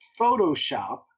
Photoshop